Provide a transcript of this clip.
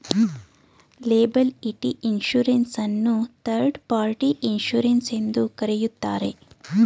liability insurance ಅನ್ನು third party insurance ಎಂದು ಕರೆಯುತ್ತಾರೆ